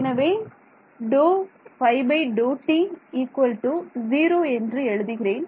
எனவே என்று எழுதுகிறேன்